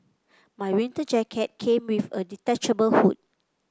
my winter jacket came with a detachable hood